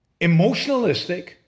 emotionalistic